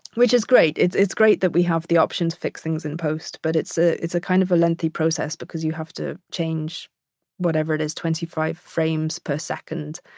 which is great. it's it's great that we have the options fixings in post, but it's ah it's kind of a lengthy process because you have to change whatever it is, twenty five frames per second,